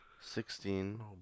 sixteen